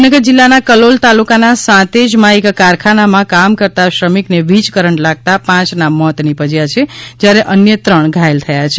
ગાંધીનગર જિલ્લાના કલોલ તાલુકાના સાંતેજમાં એક કારખાનામાં કામ કરતાં શ્રમિકોને વીજ કરંટ લાગતાં પાંચના મોત નીપજ્યા છે જ્યારે અન્ય ત્રણ ધાયલ થયા છે